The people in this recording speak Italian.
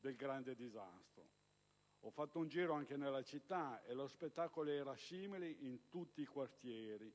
del grande disastro. Ho fatto un giro anche nella città e lo spettacolo era simile in tutti i quartieri.